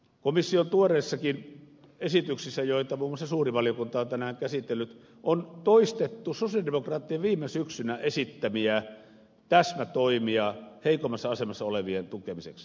komission tuoreissakin esityksissä joita muun muassa suuri valiokunta on tänään käsitellyt on toistettu sosialidemokraattien viime syksynä esittämiä täsmätoimia heikoimmassa asemassa olevien tukemiseksi